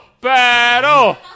Battle